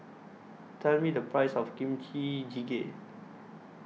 Tell Me The Price of Kimchi Jjigae